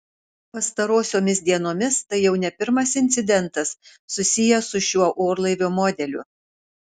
pastarosiomis dienomis tai jau ne pirmas incidentas susijęs su šiuo orlaivio modeliu